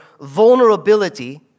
vulnerability